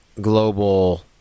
global